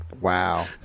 Wow